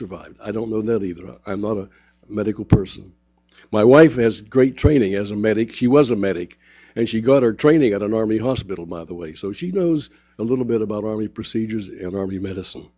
survived i don't know that either i'm not a medical person my wife has great training as a medic she was a medic and she got her training at an army hospital by the way so she knows a little bit about ari procedures and army medicine